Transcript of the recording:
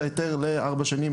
את ההיתר לארבע שנים,